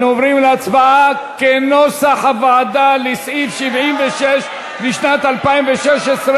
אנחנו עוברים להצבעה על סעיף 76 לשנת 2016,